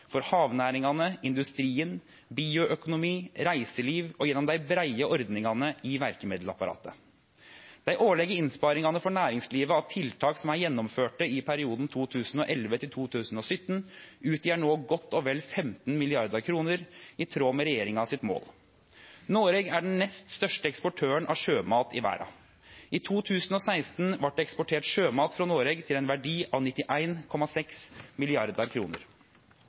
for havnæringane, industrien, bioøkonomi, reiseliv og gjennom dei breie ordningane i verkemiddelapparatet. Dei årlege innsparingane for næringslivet av tiltak som er gjennomførte i perioden 2011–2017, utgjer no godt og vel 15 mrd. kr, i tråd med regjeringas mål. Noreg er den nest største eksportøren av sjømat i verda. I 2016 vart det eksportert sjømat frå Noreg til ein verdi av